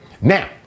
Now